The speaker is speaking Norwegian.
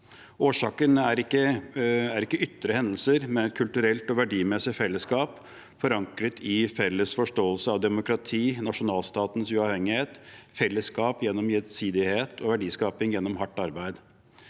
Årsaken er ikke ytre hendelser, men kulturelt og verdimessig fellesskap forankret i felles forståelse av demokrati, nasjonalstatens uavhengighet, fellesskap gjennom gjensidighet og verdiskaping gjennom hardt arbeid.